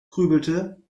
grübelte